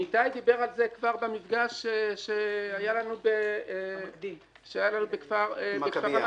ניתאי דיבר על זה כבר במפגש שהיה לנו בכפר המכביה.